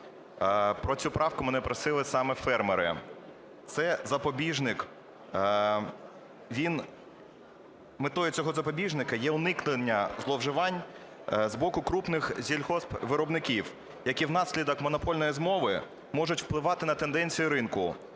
Про цю правку мене просили саме фермери. Це запобіжник, він… метою цього запобіжника є уникнення зловживань з боку крупних сільгоспвиробників, які внаслідок монопольної змови можуть впливати на тенденцію ринку,